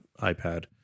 ipad